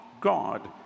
God